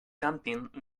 càmping